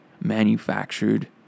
manufactured